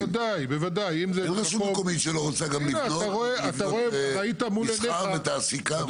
אין רשות מקומית שלא רוצה גם לבנות מסחר ותעסוקה.